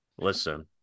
listen